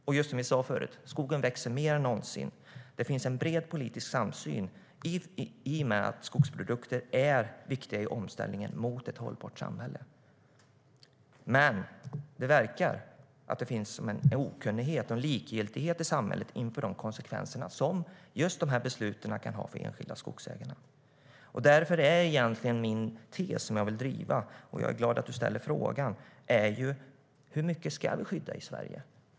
Och som vi sa förut: Skogen växer mer än någonsin. Det finns en bred politisk samsyn i och med att skogsprodukter är viktiga i omställningen mot ett hållbart samhälle. Det verkar dock finnas en okunnighet och en likgiltighet i samhället inför de konsekvenser som just dessa beslut kan ha för enskilda skogsägare. Jag är glad att Åsa Romson ställer frågorna till mig. Hur mycket ska vi skydda i Sverige?